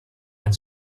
and